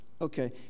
Okay